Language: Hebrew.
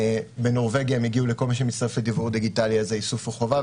בנורבגיה לכל מי שמצטרף לדיוור דיגיטלי האיסוף הוא חובה,